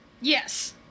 Yes